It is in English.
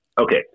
Okay